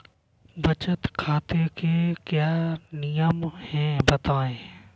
बचत खाते के क्या नियम हैं बताएँ?